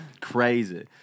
Crazy